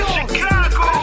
Chicago